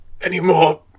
anymore